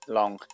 long